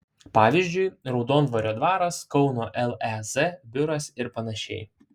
pavyzdžiui raudondvario dvaras kauno lez biuras ir panašiai